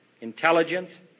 intelligence